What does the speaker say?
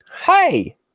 hey